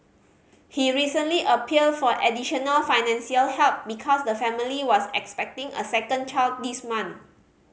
he recently appealed for additional financial help because the family was expecting a second child this month